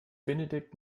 benedikt